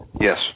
Yes